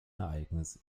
ereignis